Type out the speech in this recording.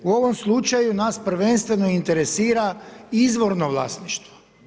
U ovom slučaju, nas prvenstveno interesira izvorno vlasništvo.